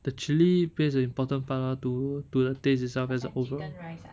the chilli plays a important part ah to to the taste itself as a overall